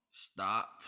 Stop